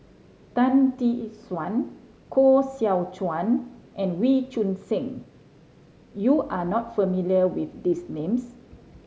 Tan Tee Suan Koh Seow Chuan and Wee Choon Seng you are not familiar with these names